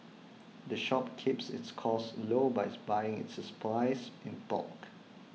the shop keeps its costs low by buying its supplies in bulk